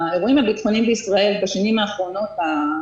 האירועים הביטחוניים בישראל בשנים האחרונות,